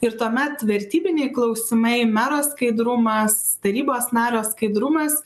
ir tuomet vertybiniai klausimai mero skaidrumas tarybos nario skaidrumas